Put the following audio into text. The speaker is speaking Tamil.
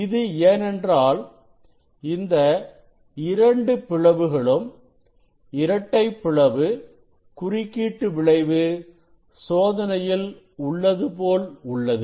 இது ஏனென்றால் இந்த இரண்டு பிளவுகளும் இரட்டை பிளவு குறுக்கீட்டு விளைவு சோதனையில் உள்ளது போல் உள்ளது